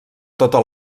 tota